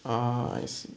ah I see